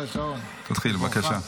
תתחיל, בבקשה.